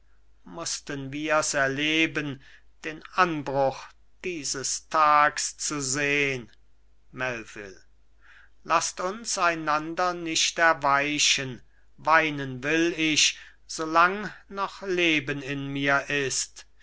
mußten wir's erleben den anbruch dieses tags zu sehn melvil laßt uns einander nicht erweichen weinen will ich solang noch leben in mir ist